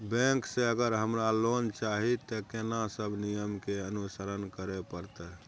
Bank से अगर हमरा लोन चाही ते कोन सब नियम के अनुसरण करे परतै?